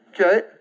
Okay